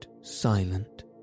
silent